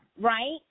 right